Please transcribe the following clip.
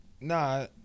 nah